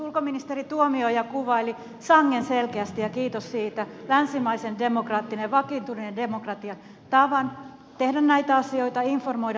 ulkoministeri tuomioja kuvaili sangen selkeästi ja kiitos siitä länsimaisen demokratian vakiintuneen demokratian tavan tehdä näitä asioita informoida eduskuntaa